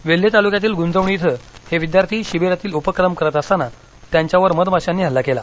वेल्हे तालुक्यातील गूंजवणी इथं हे विद्यार्थी शिबिरातील उपक्रम करत असताना त्यांच्यावर मधमाशांनी हल्ला केला